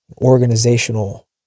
organizational